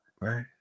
Right